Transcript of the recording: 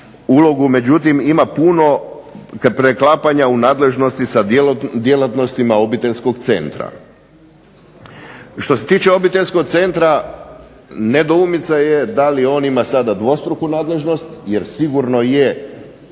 ulogu, međutim ima puno preklapanja u nadležnosti sa djelatnostima obiteljskog centra. Što se tiče obiteljskog centra, nedoumica je da li on ima sada dvostruku nadležnost, jer sigurno je